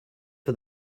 for